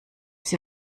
sie